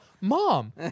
Mom